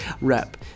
rep